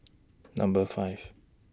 Number five